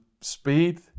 speed